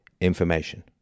information